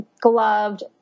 gloved